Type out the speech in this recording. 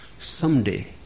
Someday